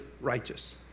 righteous